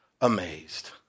amazed